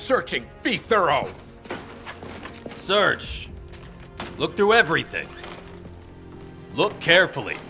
searching be thorough search look through everything look carefully